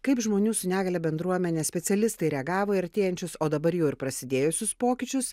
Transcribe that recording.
kaip žmonių su negalia bendruomenės specialistai reagavo į artėjančius o dabar jau ir prasidėjusius pokyčius